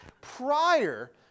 prior